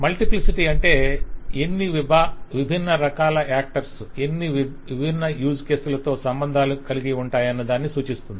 multiplicity అంటే ఎన్ని విభిన్న రకాల యాక్టర్స్ ఎన్ని విభిన్న యూజ్ కేసులతో సంబంధాలు కలిగి ఉంటాయన్నదాన్ని సూచిస్తుంది